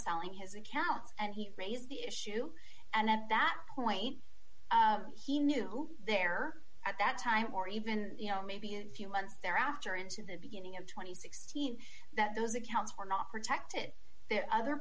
selling his accounts and he raised the issue and at that point he knew there at that time or even you know maybe a few months there after into the beginning of two thousand and sixteen that those accounts were not protected ther